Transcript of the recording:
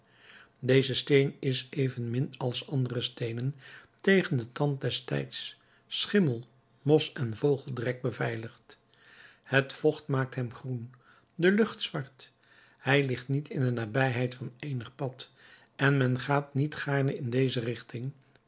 deze steen is evenmin als andere steenen tegen den tand des tijds schimmel mos en vogeldrek beveiligd het vocht maakt hem groen de lucht zwart hij ligt niet in de nabijheid van eenig pad en men gaat niet gaarne in deze richting